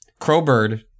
Crowbird